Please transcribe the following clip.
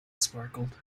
sparkled